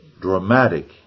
dramatic